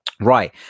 Right